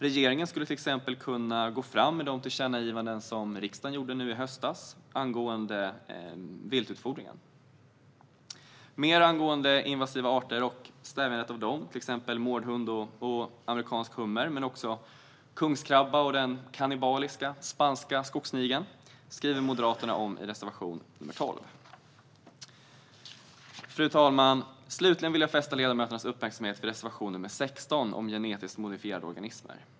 Regeringen skulle till exempel kunna gå fram med de tillkännagivanden angående viltutfodringen som riksdagen gjorde i höstas. Mer om invasiva arter - som mårdhund och amerikansk hummer, men även kungskrabba och den kannibaliska spanska skogssnigeln - och stävjandet av dem skriver Moderaterna i reservation nr 12. Fru talman! Slutligen vill jag fästa ledamöternas uppmärksamhet vid reservation nr 16 om genetiskt modifierade organismer.